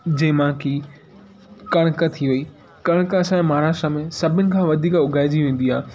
जंहिं मां की कणिक थी वेई कणिक असांजे महाराष्ट्र में सभिनी खां वधीक उगाईजी वेंदी आहे